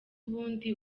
ubundi